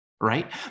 Right